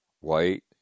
White